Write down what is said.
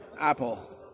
Apple